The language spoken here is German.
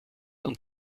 und